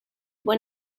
when